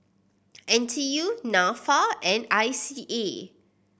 N T U Nafa and I C A